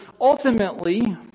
ultimately